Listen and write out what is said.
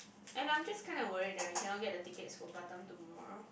and I'm just kinda worried that we cannot get the tickets for Batam tomorrow